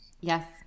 Yes